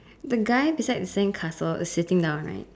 the guy beside the sandcastle is sitting down right